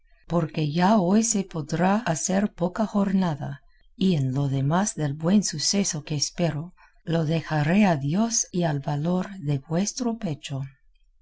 porque ya hoy se podrá hacer poca jornada y en lo demás del buen suceso que espero lo dejaré a dios y al valor de vuestro pecho